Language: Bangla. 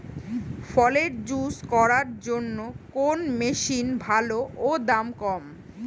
ফলের জুস করার জন্য কোন মেশিন ভালো ও দাম কম?